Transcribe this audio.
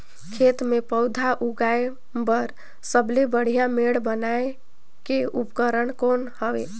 खेत मे पौधा उगाया बर सबले बढ़िया मेड़ बनाय के उपकरण कौन हवे?